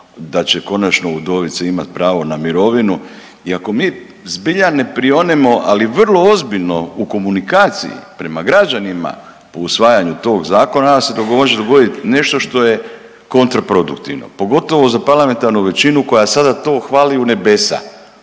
da će končano udovice imati pravo na mirovinu i ako mi zbilja ne prionemo, ali vrlo ozbiljno u komunikaciji prema građanima o usvajanju tog zakona, onda nam se može dogoditi nešto što je kontraproduktivno, pogotovo za parlamentarnu većinu koja sada to hvali u nebesa